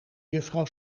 juffrouw